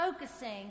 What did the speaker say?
focusing